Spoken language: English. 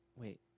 wait